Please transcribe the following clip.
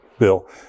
Bill